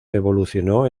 evolucionó